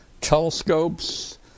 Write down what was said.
telescopes